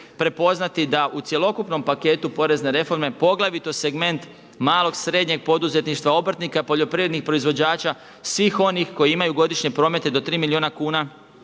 prepoznati da u cjelokupnom paketu porezne reforme poglavito segment malog i srednjeg poduzetništva, obrtnika, poljoprivrednih proizvođača svih onih koji imaju godišnje promete do 3 milijuna kuna